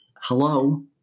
hello